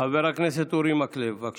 חבר הכנסת אורי מקלב, בבקשה.